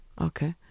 Okay